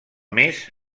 més